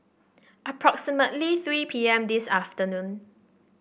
approximately three P M this afternoon